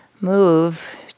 move